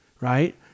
right